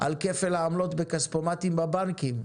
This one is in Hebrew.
על כפל העמלות בכספומטים בבנקים,